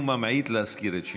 הוא ממעיט להזכיר את שמך.